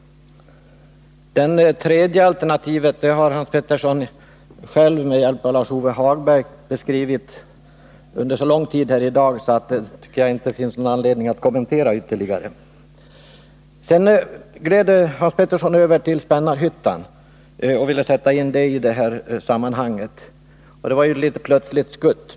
Det tredje alternativet har Hans Petersson själv med hjälp av Lars-Ove Hagberg beskrivit under så lång tid här i dag att det inte finns någon anledning att kommentera det ytterligare. Sedan gled Hans Petersson över till Spännarhyttan och ville sätta in den frågan i det här sammanhanget, och det var ju ett litet plötsligt skutt.